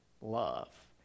love